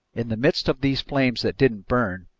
in the midst of these flames that didn't burn,